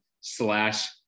slash